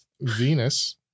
Venus